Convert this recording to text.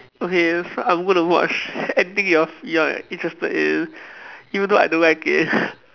okay so I'm going to watch anything you are you are interested in even though I don't like it